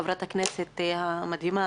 חברת הכנסת המדהימה,